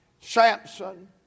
Samson